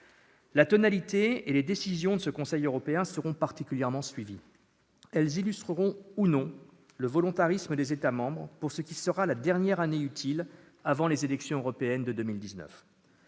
La tonalité et les décisions de ce Conseil européen seront particulièrement suivies. Elles illustreront ou non le volontarisme des États membres pour ce qui sera la dernière année utile avant les élections européennes de 2019.